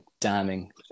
damning